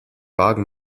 wagen